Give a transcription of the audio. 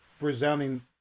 resounding